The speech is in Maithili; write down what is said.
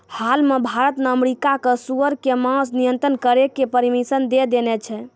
हाल मॅ भारत न अमेरिका कॅ सूअर के मांस निर्यात करै के परमिशन दै देने छै